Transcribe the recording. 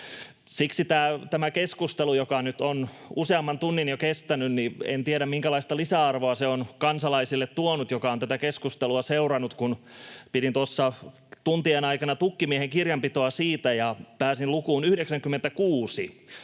tämä keskustelu, joka nyt on useamman tunnin jo kestänyt, on tuonut kansalaisille, jotka ovat tätä keskustelua seuranneet. Kun pidin tuossa tuntien aikana tukkimiehen kirjanpitoa, niin pääsin lukuun 96,